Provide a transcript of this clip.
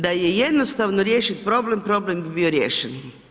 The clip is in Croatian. Da je jednostavno riješiti problem, problem bi bio riješen.